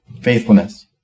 faithfulness